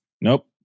Nope